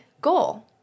goal